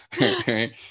Right